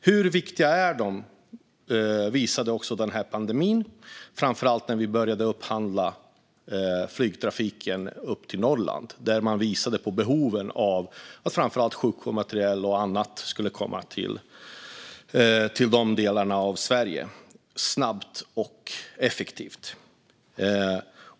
Hur viktiga de är visade också pandemin, framför allt när vi började upphandla flygtrafiken upp till Norrland, där man visade på behoven av att framför allt sjukvårdsmaterial och annat skulle komma till de delarna av Sverige snabbt och effektivt.